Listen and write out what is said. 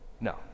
No